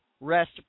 rest